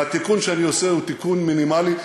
והתיקון שאני עושה הוא תיקון מינימלי.